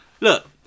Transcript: Look